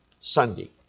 Sunday